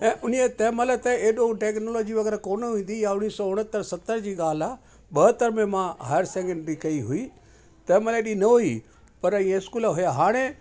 उन्हीअ तंहिं महिल त एॾो टेक्नोलॉजी वग़ैरह कोन हूंदी या उणिवीह सौ उनहतरि सतरि जी ॻाल्हि आहे ॿहतरि में मां हायर सेंकेंडरी कयी हुई तंहिं महिल हेॾी न हुई पर हीअ स्कूल हुया हाणे